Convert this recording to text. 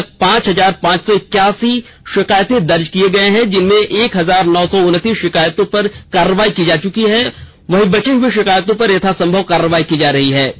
अबतक पांच हजार पांच सौ इकासी शिकायतें दर्ज किए गए जिसमें एक हजार नौ सौ उनतीस शिकायतों पर कार्रवाई की जा चुकी है वहीं बचे हुए शिकायतों पर यथा संभव कार्रवाई की जा रही है